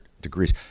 degrees